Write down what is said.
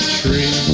tree